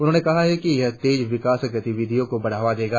उन्होंने कहा कि यह तेज विकास गतिविधियों को बढ़ावा देगा